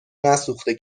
نسوخته